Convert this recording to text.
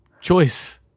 choice